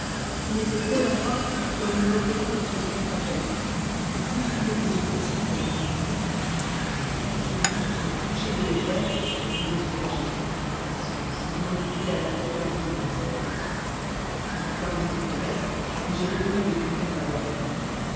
il était tel enfin que l'on nous représente notre grand prophète et si vous voulez que je vous découvre ma pensée je crois que c'est lui qui touché de mes peines veut les soulager je m'en fie à la confiance qu'il m'a inspirée je suis plein de ses promesses et j'ai résolu de suivre sa voix